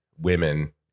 women